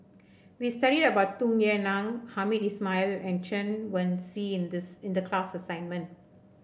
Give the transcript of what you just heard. we studied about Tung Yue Nang Hamed Ismail and Chen Wen Hsi in this in the class assignment